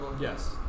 Yes